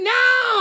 now